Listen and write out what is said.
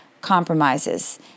compromises